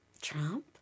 Trump